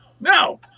No